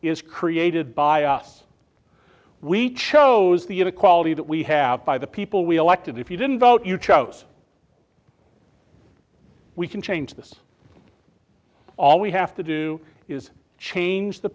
is created by us we chose the inequality that we have by the people we elected if you didn't vote you chose we can change this all we have to do is change the